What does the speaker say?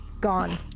gone